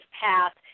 path